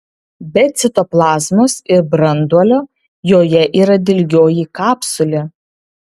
be citoplazmos ir branduolio joje yra dilgioji kapsulė